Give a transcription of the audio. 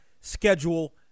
schedule